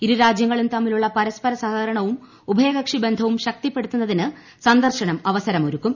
ഇരുരാജ്യങ്ങളും തമ്മിലുളള പരസ്പര സഹകരണവും ഉഭയകക്ഷിബന്ധവും ശക്തിപ്പെടുത്തുന്നതിന് സന്ദർശനം അവസരമൊരുക്കും